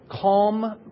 calm